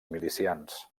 milicians